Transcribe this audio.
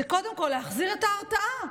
זה קודם כול להחזיר את ההרתעה.